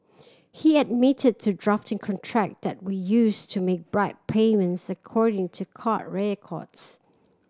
he admitted to drafting contract that we used to make bribe payments according to court records